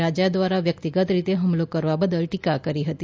રાજા દ્વારા વ્યક્તિગત રીતે હૃમલો કરવા બદલ ટીકા કરી હતી